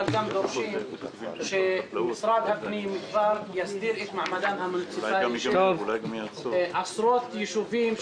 אבל גם דורשים שמשרד הפנים יסדיר את מעמדם המוניציפלי של עשרות יישובים,